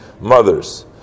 mothers